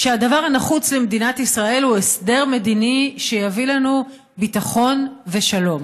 שהדבר הנחוץ למדינת ישראל הוא הסדר מדיני שיביא לנו ביטחון ושלום.